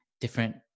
different